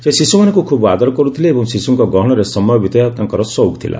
ସେ ଶିଶୁମାନଙ୍କୁ ଖୁବ୍ ଆଦର କରୁଥିଲେ ଏବଂ ଶିଶୁଙ୍କ ଗହଣରେ ସମୟ ବିତାଇବା ତାଙ୍କର ସଉକ୍ ଥିଲା